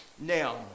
Now